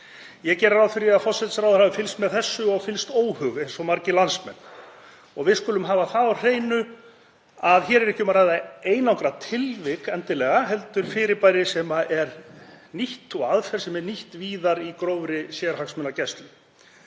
Ég geri ráð fyrir því að forsætisráðherra hafi fylgst með þessu og fyllst óhug eins og margir landsmenn. Við skulum hafa það á hreinu að hér er ekki um að ræða einangrað tilvik endilega heldur fyrirbæri sem er nýtt og aðferð sem er nýtt víðar í grófri sérhagsmunagæslu.